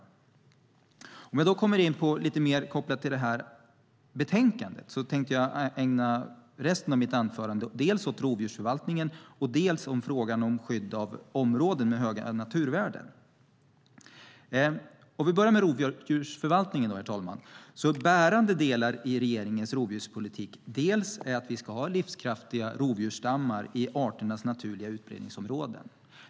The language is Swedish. Jag kommer nu in på det som är lite mer kopplat till betänkandet, och jag tänkte ägna resten av mitt anförande dels åt rovdjursförvaltningen, dels åt frågan om skydd av områden med höga naturvärden. Låt oss börja med rovdjursförvaltningen, herr talman. Bärande delar i regeringens rovdjurspolitik är att vi ska ha livskraftiga rovdjursstammar i arternas naturliga utbredningsområden.